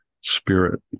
spirit